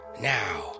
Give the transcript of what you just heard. Now